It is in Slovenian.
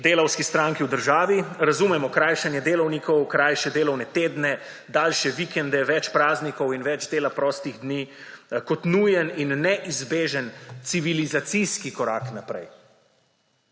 delavski stranki v državi razumemo krajšanje delovnikov, krajše delovne tedne, daljše vikende, več praznikov in več dela prostih dni kot nujen in neizbežen civilizacijski korak naprej.